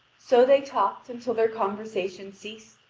so they talked until their conversation ceased,